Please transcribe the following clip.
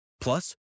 Plus